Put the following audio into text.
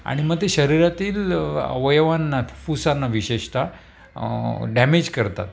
आणि म ते शरीरातील वयवांना फुसांना विशेषता डॅमेज करतात